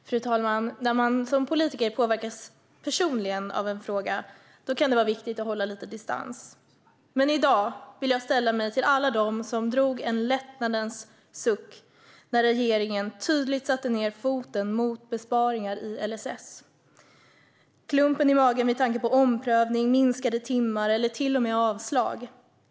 Fru talman! När man som politiker påverkas personligen av en fråga kan det vara viktigt att hålla distans. Men i dag vill jag sälla mig till alla dem som drog en lättnadens suck när regeringen tydligt satte ned foten mot besparingar i LSS. Det var många som hade en klump i magen vid tanken på omprövning, minskade timmar eller till och med avslag.